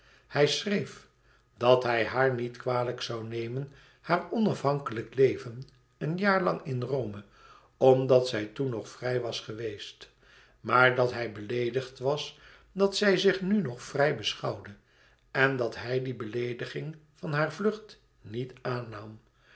hij schreef dat hij haar niet kwalijk zoû nemen haar onafhankelijk leven een jaar lang in rome omdat zij toen nog vrij was geweest maar dat hij beleedigd was dat zij zich nu nog vrij beschouwde en dat hij die beleediging van haar vlucht niet aannam